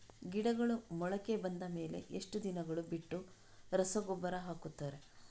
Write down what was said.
ಗಿಡಗಳು ಮೊಳಕೆ ಬಂದ ಮೇಲೆ ಎಷ್ಟು ದಿನಗಳು ಬಿಟ್ಟು ರಸಗೊಬ್ಬರ ಹಾಕುತ್ತಾರೆ?